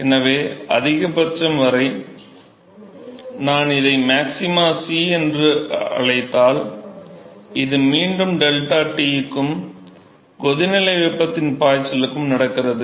எனவே அதிகபட்சம் வரை நான் இதை மாக்சிமா C என்று அழைத்தால் இது மீண்டும் ΔT க்கும் கொதிக்கும் வெப்பத்தின் பாய்ச்சலுக்கும் நடக்கிறது